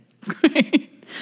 Great